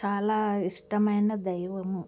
చాలా ఇష్టమైన దైవము